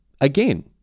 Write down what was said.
again